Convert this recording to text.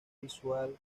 visual